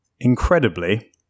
incredibly